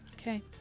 Okay